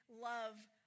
love